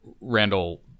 Randall